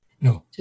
No